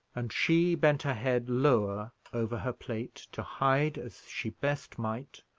and she bent her head lower over her plate, to hide, as she best might,